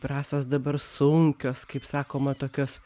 rasos dabar sunkios kaip sakoma tokios